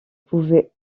pouvait